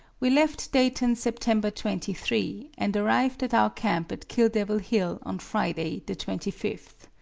we left dayton, september twenty three, and arrived at our camp at kill devil hill on friday, the twenty fifth.